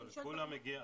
לא, לכולן מגיע.